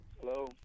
Hello